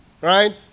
right